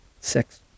six